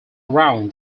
around